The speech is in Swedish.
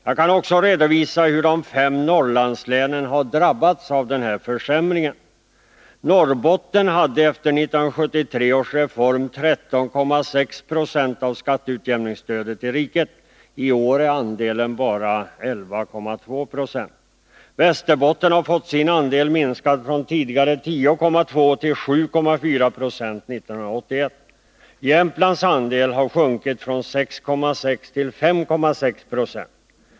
Jag kan också redovisa hur de fem Norrlandslänen har drabbats av denna försämring: Norrbottens län hade efter 1973 års reform 13,6 90 av skatteutjämningsstödet i riket. I år är andelen bara 11,2 9. Västerbottens län har fått sin andel minskad från tidigare 10,2 Yo till 7,4 Ze 1981. Jämtlands läns andel har sjunkit från 6,6 96 till 5,6 90.